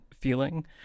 feeling